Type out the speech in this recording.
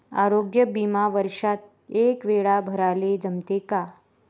आरोग्य बिमा वर्षात एकवेळा भराले जमते का?